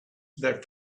their